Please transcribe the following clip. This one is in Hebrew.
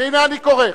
והנה, אני קורא: